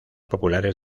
populares